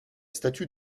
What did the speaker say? statue